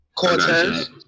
Cortez